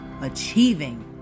achieving